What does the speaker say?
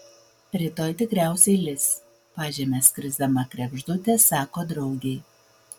rytoj tikriausiai lis pažeme skrisdama kregždutė sako draugei